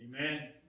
Amen